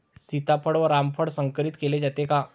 सीताफळ व रामफळ संकरित केले जाते का?